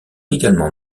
également